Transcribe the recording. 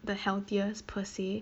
the healthiest per se